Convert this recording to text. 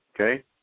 Okay